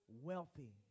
wealthy